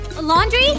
Laundry